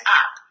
up